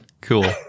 Cool